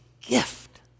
gift